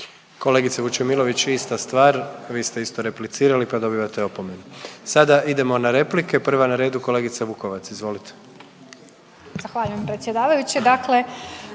Kolegice Vučemilović ista stvar, vi ste isto replicirali pa dobivate opomenu. Sada idemo na replike, prva na redu kolegica Vukovac. Izvolite.